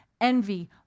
envy